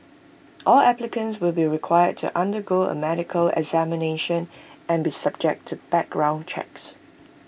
all applicants will be required to undergo A medical examination and be subject to background checks